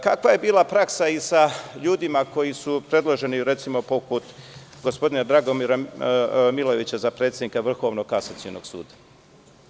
Kakva je bila praksa i sa ljudima koji su predloženi, recimo poput gospodina Dragomira Milojevića, za predsednika Vrhovnog kasacionog suda.